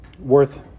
worth